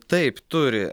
taip turi